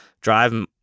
drive